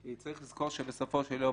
צריך לזכור שבסופו של יום,